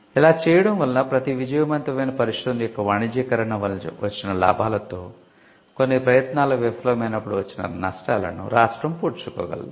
ఇలా చేయడం వలన ప్రతి విజయవంతమైన పరిశోధన యొక్క వాణిజ్యీకరణ వలన వచ్చిన లాభాలతో కొన్ని ప్రయత్నాలు విఫలమైనప్పుడు వచ్చిన నష్టాలను రాష్ట్రo పూడ్చుకోగలదు